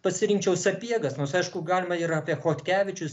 pasirinkčiau sapiegas nors aišku galima ir apie chodkevičius